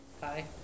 Hi